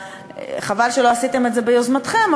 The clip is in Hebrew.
חבל שלא עשיתם את זה ביוזמתכם,